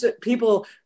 people